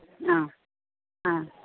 ആ ആ